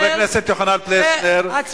חבר הכנסת יוחנן פלסנר,